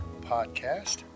podcast